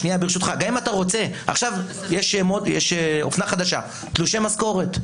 עכשיו יש אופנה חדשה, תלושי משכורת.